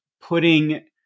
putting